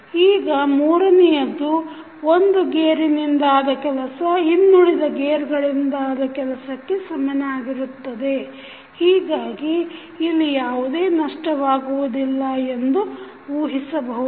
ಈಗ ಮೂರನೆಯದ್ದು 1 ಗೇರಿನಿಂದಾದ ಕೆಲಸ ಇನ್ನುಳಿದ ಗೇರ್ಗಳಿಂದಾದ ಕೆಲಸಕ್ಕೆ ಸಮನಾಗಿರುತ್ತದೆ ಹೀಗಾಗಿ ಇಲ್ಲಿ ಯಾವುದೇ ನಷ್ಟವಾಗುವುದಿಲ್ಲ ಎಂದು ಊಹಿಸಬಹುದು